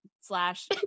slash